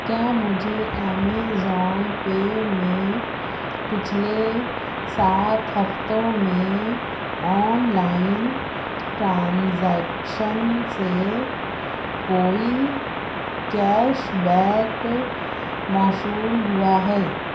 کیا مجھے Amazon pay میں پچھلے سات ہفتوں میں آن لائن ٹرانزیکشن سے کوئی کیش بیک موصول ہوا ہے